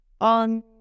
On